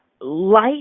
life